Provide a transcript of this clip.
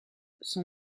son